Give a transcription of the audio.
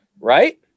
Right